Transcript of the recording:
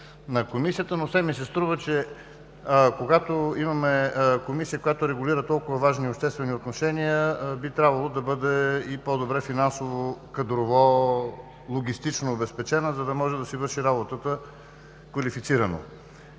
на Комисията, но все ми се струва, че когато имаме Комисия, която регулира толкова важни обществени отношения, би трябвало да бъде по-добре финансово, кадрово, логистично обезпечена, за да може да си върши работата квалифицирано.